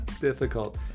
difficult